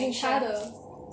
警察的